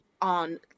on